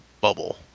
bubble